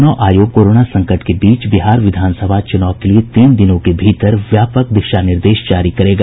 चुनाव आयोग कोरोना संकट के बीच बिहार विधानसभा चुनाव के लिए तीन दिनों के भीतर व्यापक दिशा निर्देश जारी करेगा